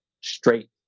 straight